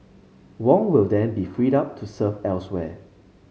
Wong will then be freed up to serve elsewhere